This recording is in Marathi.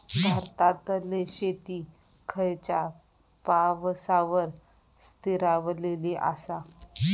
भारतातले शेती खयच्या पावसावर स्थिरावलेली आसा?